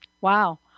Wow